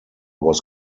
was